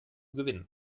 gewinnen